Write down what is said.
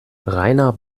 rainer